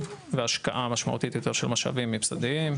והשקעה משמעותית יותר של משאבים ממסדיים.